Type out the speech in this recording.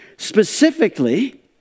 Specifically